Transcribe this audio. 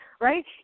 right